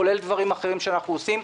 כולל דברים אחרים שאנחנו עושים.